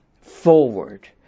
forward